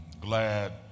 glad